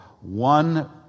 one